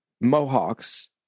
Mohawks